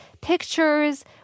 pictures